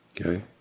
Okay